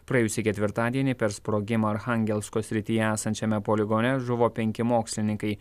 praėjusį ketvirtadienį per sprogimą archangelsko srityje esančiame poligone žuvo penki mokslininkai